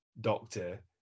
doctor